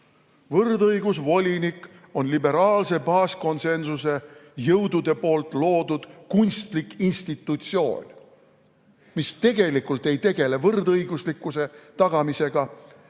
Võrdõigusvolinik on liberaalse baaskonsensuse jõudude loodud kunstlik institutsioon, mis tegelikult ei tegele võrdõiguslikkuse tagamisega,